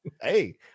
Hey